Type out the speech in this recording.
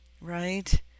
Right